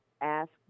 ask